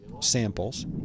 samples